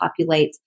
populates